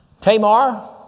Tamar